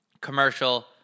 commercial